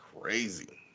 crazy